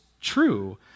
true